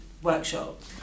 workshop